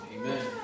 amen